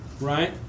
Right